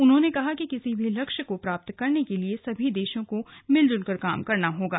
उन्होंने कहा कि किसी भी लक्ष्य को प्राप्त करने के लिए सभी देशों को मिलजुलकर प्रयास करने होंगे